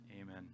Amen